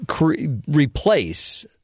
replace